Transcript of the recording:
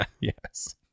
Yes